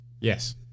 Yes